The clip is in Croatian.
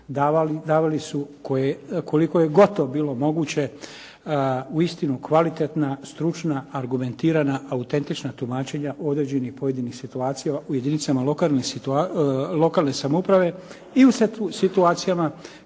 davali su koliko je god to bilo moguće uistinu kvalitetna, stručna, argumentirana, autentična tumačenja u određenim pojedinim situacijama u jedinicama lokalne samouprave i u situacijama